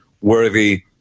worthy